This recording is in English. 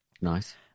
Nice